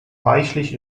reichlich